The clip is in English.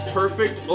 perfect